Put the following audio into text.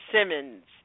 Simmons